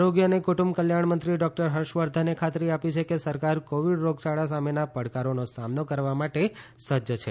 આરોગ્ય અને કુટુંબ કલ્યાણમંત્રી ડોક્ટર હર્ષ વર્ધને ખાતરી આપી છે કે સરકાર કોવિડ રોગયાળા સામેના પડકારોનો સામનો કરવા માટે સજ્જ છે